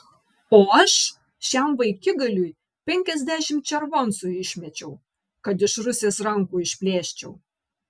o aš šiam vaikigaliui penkiasdešimt červoncų išmečiau kad iš rusės rankų išplėščiau